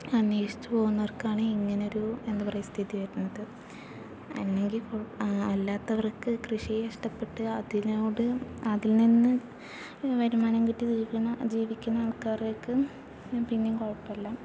അന്വേഷിച്ചു പോകുന്നവർക്കാണ് ഇങ്ങനെയൊരു എന്താ പറയുക സ്ഥിതി വരുന്നത് അല്ലെങ്കിൽ അല്ലാത്തവർക്ക് കൃഷിയെ ഇഷ്ടപ്പെട്ട് അതിനോട് അതിൽ നിന്ന് വരുമാനം കിട്ടി ജീവിക്കുന്ന ജീവിക്കുന്ന ആൾക്കാർക്ക് പിന്നെയും കൊഴപ്പമില്ല